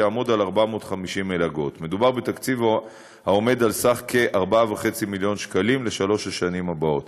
והוא יהיה 450. מדובר בתקציב של כ-4.5 מיליון ש"ח לשלוש השנים הבאות.